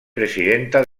presidenta